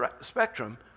spectrum